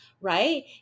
right